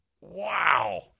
Wow